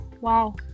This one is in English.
wow